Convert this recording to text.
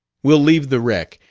we'll leave the wreck,